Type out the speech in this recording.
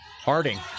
Harding